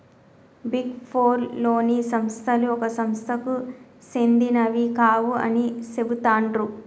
big four లోని సంస్థలు ఒక సంస్థకు సెందినవి కావు అని చెబుతాండ్రు